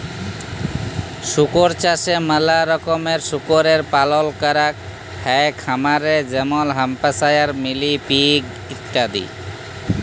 শুকর চাষে ম্যালা রকমের শুকরের পালল ক্যরাক হ্যয় খামারে যেমল হ্যাম্পশায়ার, মিলি পিগ ইত্যাদি